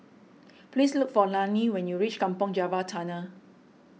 please look for Lani when you reach Kampong Java Tunnel